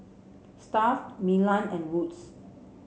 Stuff Milan and Wood's